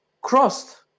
crossed